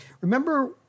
remember